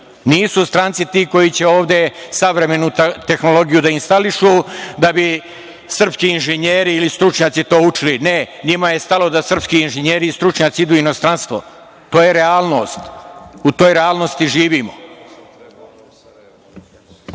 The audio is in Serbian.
Nisu stranci ti koji će ovde savremenu tehnologiju da instališu da bi srpski inženjeri ili stručnjaci to učili. Ne, njima je stalo da srpski inženjeri i stručnjaci idu u inostranstvo. To je realnost, u toj realnosti živimo.